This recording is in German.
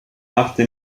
machte